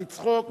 לצחוק בפקודה.